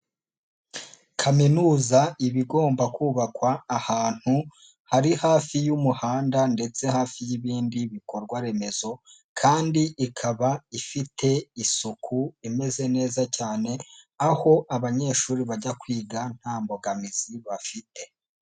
Kaminuza iba igomba kubakwa ahantu, hari hafi y'umuhanda ndetse hafi y'ibindi bikorwaremezo kandi ikaba ifite isuku imeze neza cyane, aho abanyeshuri bajya kwiga nta mbogamizi bafite.